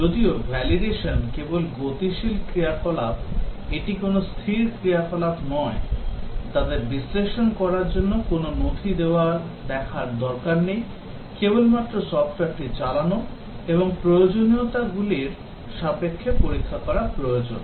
যদিও validation কেবল গতিশীল ক্রিয়াকলাপ এটি কোনও স্থির ক্রিয়াকলাপ নয় তাদের বিশ্লেষণ করার জন্য কোন নথি দেখার দরকার নেই কেবলমাত্র সফ্টওয়্যারটি চালানো এবং প্রয়োজনীয়তাগুলির সাপেক্ষে পরীক্ষা করা প্রয়োজন